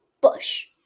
bush